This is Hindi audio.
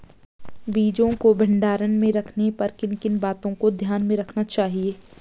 बीजों को भंडारण में रखने पर किन किन बातों को ध्यान में रखना चाहिए?